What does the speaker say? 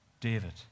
David